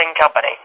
company